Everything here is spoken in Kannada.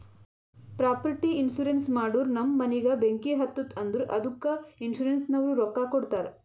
ಪ್ರಾಪರ್ಟಿ ಇನ್ಸೂರೆನ್ಸ್ ಮಾಡೂರ್ ನಮ್ ಮನಿಗ ಬೆಂಕಿ ಹತ್ತುತ್ತ್ ಅಂದುರ್ ಅದ್ದುಕ ಇನ್ಸೂರೆನ್ಸನವ್ರು ರೊಕ್ಕಾ ಕೊಡ್ತಾರ್